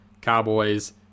Cowboys